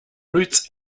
roots